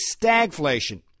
stagflation